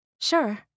Sure